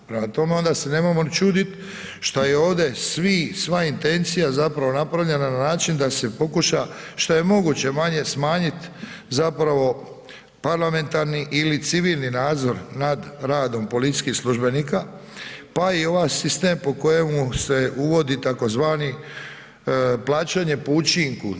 Prema tome onda se nemojmo ni čuditi šta je ovdje svi, sva intencija zapravo napravljena na način da se pokuša šta je moguće manje smanjiti zapravo parlamentarni ili civilni nadzor nad radom policijskih službenika pa i ovaj sistem po kojemu se uvodi tzv. plaćanje po učinku.